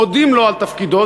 מודים לו על תפקידו,